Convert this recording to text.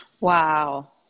wow